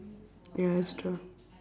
ya that's true